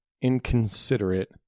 inconsiderate